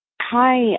Hi